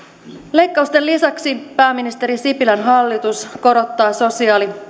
leikkausten lisäksi pääministeri sipilän hallitus korottaa sosiaali